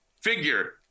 figure